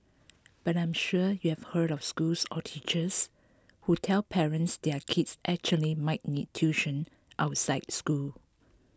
but I'm sure you've heard of schools or teachers who tell parents their kids actually might need tuition outside school